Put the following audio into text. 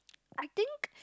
I think